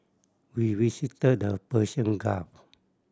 we visited the Persian Gulf